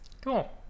cool